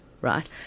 right